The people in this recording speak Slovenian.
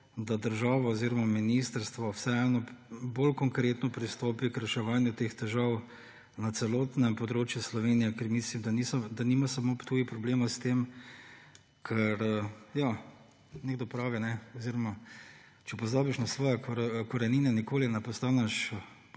da država oziroma ministrstvo vseeno bolj konkretno pristopi k reševanju teh težav na celotnem območju Slovenije, ker mislim, da nima samo Ptuj problema s tem, ker … Ja, nekdo pravi oziroma če pozabiš na svoje korenine, nikoli ne postaneš